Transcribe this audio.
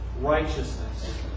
righteousness